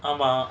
ஆமா:aama